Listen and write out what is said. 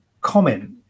comment